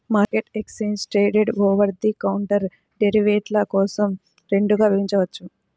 మార్కెట్ను exchange traded, over the counter డెరివేటివ్ల కోసం రెండుగా విభజించవచ్చు